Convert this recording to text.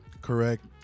correct